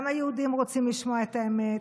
גם היהודים רוצים לשמוע את האמת.